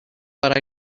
but